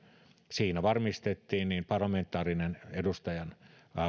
siinä varmistettiin niin edustajan